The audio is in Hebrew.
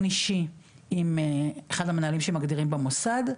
אישי עם אחד המנהלים שמגדירים במוסד,